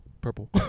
Purple